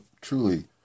truly